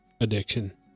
addiction